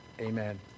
Amen